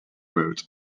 mode